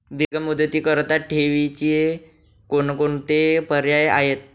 दीर्घ मुदतीकरीता ठेवीचे कोणकोणते पर्याय आहेत?